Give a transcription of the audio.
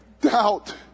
doubt